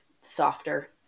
softer